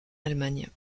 allemagne